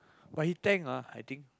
but he tank lah I think